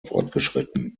fortgeschritten